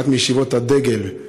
אחת מישיבות הדגל,